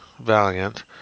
Valiant